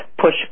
Push